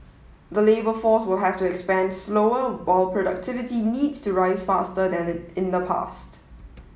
the labour force will have to expand slower while productivity needs to rise faster than in the past